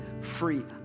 free